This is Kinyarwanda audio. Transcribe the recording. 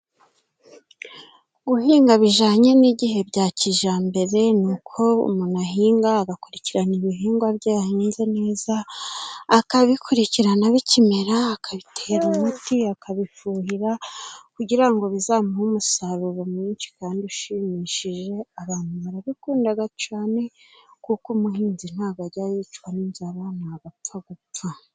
Guhinga bijanye n'igihe bya kijambere, ni uko umuntu ahinga agakurikirana ibihingwa bye yahinze neza, akabikurikirana bikimera, akabitera umuti, akabifuhira, kugira ngo bizamuhe umusaruro mwinshi kandi ushimishije, abantu barabikundaga cane kuko umuhinzi ntabwo ajya yicwa n'inzara, ntabwo apfa gupfa.